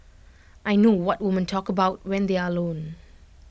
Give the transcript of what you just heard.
I know what women talk about when they are alone